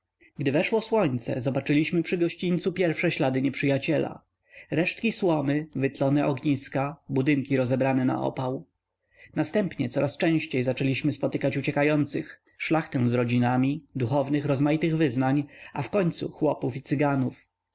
gdy weszło słonce zobaczyliśmy przy gościńcu pierwsze ślady nieprzyjaciela resztki słomy wytlone ogniska budynki rozebrane na opał następnie coraz częściej zaczęliśmy spotykać uciekających szlachtę z rodzinami duchownych rozmaitych wyznań w końcu chłopów i cyganów